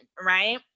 right